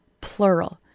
plural